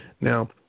now